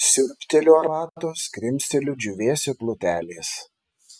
siurbteliu arbatos krimsteliu džiūvėsio plutelės